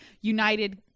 united